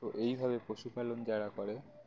তো এইভাবে পশুপালন যারা করে